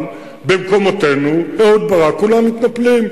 אבל במקומותינו, אהוד ברק, כולם מתנפלים.